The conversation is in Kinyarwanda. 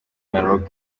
maroc